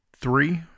three